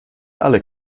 alle